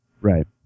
Right